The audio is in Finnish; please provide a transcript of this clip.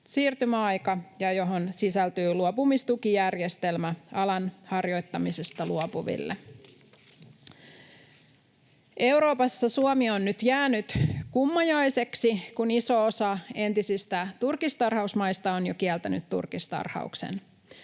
siirtymäaika ja johon sisältyy luopumistukijärjestelmä alan harjoittamisesta luopuville. Euroopassa Suomi on nyt jäänyt kummajaiseksi, kun iso osa entisistä turkistarhausmaista on jo kieltänyt turkistarhauksen.